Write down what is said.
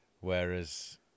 whereas